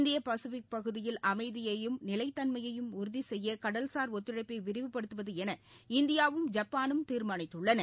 India Pacific பகுதியில் அமைதியையும் நிலைத்தன்மையையும் உறுதி செய்ய கடல்சார் ஒத்துழைப்பை விரிவுபடுத்துவது என இந்தியாவும் ஜப்பானும் தீர்மானித்துள்ளன